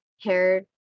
Hair